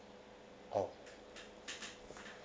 oh